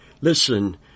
Listen